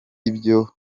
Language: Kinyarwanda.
y’ibyo